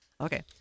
Okay